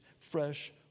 fresh